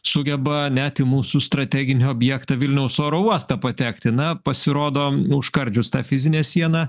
sugeba net į mūsų strateginį objektą vilniaus oro uostą patekti na pasirodo užkardžius tą fizinę sieną